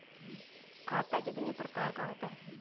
खाता कितने प्रकार का होता है?